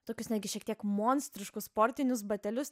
tokius netgi šiek tiek monstriškus sportinius batelius